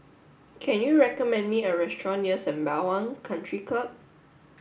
can you recommend me a restaurant near Sembawang Country Club